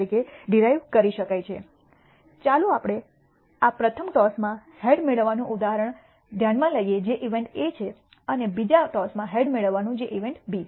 તરીકે ડિરાઇવ કરી શકાય છે ચાલો આપણે આ પ્રથમ ટોસમાં હેડ મેળવવાનું ઉદાહરણ ધ્યાનમાં લઈએ જે ઇવેન્ટ A છે અને બીજા ટોસમાં હેડ મેળવવું જે ઇવેન્ટ બી